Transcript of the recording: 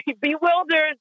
bewildered